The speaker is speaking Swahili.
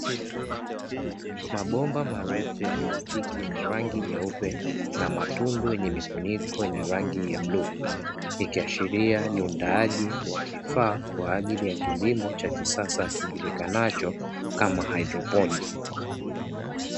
Mabomba marefu ya plastiki yenye rangi nyeupe na matundu yenye mifuniko yenye rangi ya bluu, ikiashiria ni undaaji wa vifaa kwa ajili ya kilimo cha kisasa kijulikanacho kama haidroponi.